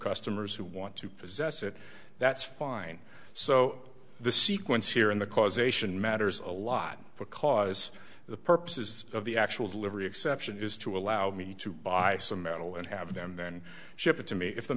customers who want to possess it that's fine so the sequence here in the causation matters a lot because the purposes of the actual delivery exception is to allow me to buy some metal and have them then ship it to me if the